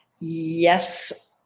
Yes